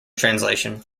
translation